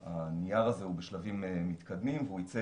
הנייר הזה הוא בשלבים מתקדמים והוא ייצא